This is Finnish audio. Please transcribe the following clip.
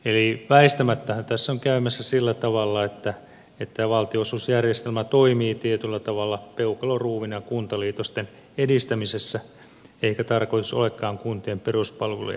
eli väistämättähän tässä on käymässä sillä tavalla että valtionosuusjärjestelmä toimii tietyllä tavalla peukaloruuvina kuntaliitosten edistämisessä eikä tarkoitus olekaan kuntien peruspalvelujen rahoittaminen